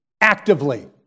actively